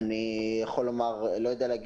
היא לא תעסיק